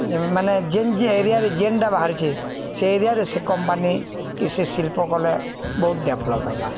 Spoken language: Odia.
ମାନେ ଯେନ୍ ଯେ ଏରିଆରେ ଯେନ୍ଟା ବାହାରୁଛେ ସେ ଏରିଆରେ ସେ କମ୍ପାନୀ କି ସେ ଶିଳ୍ପ କଲେ ବହୁତ ଡେଭଲପ୍ ହେବା